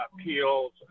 Appeals